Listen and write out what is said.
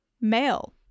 male